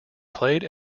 played